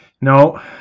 No